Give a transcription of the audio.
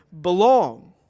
belong